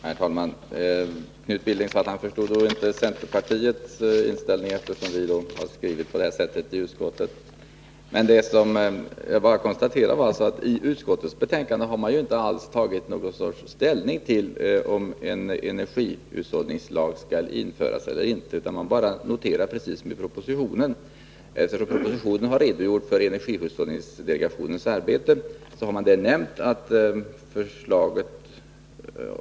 Herr talman! Knut Billing sade att han inte förstod centerpartiets inställning till frågan om energihushållningslag, eftersom vi gått med på utskottets skrivning på den här punkten. Jag konstaterar bara att man i utskottets betänkande inte har tagit ställning till om en energihushållningslag skall införas eller inte, utan man har bara noterat — precis som i propositionen — att energihushållningsdelegationen har framfört detta förslag.